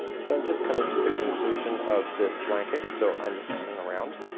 so i'm just coming to the conclusion of this blanket. so i'm just coming around.